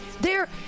they're-